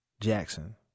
Jackson